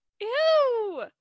Ew